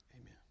Amen